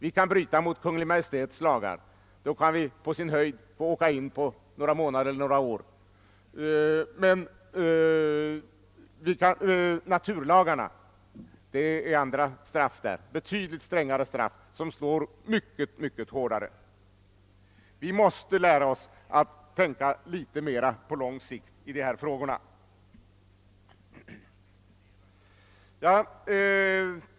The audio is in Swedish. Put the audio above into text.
Vi kan bryta mot Kungl. Maj:ts lagar och då kan vi på sin höjd åka in på några månader eller år, men om vi bryter mot naturlagarna gäller andra, betydligt strängare straff, och de slår mycket, mycket hårdare. Vi måste lära oss att tänka litet mera på lång sikt i dessa frågor.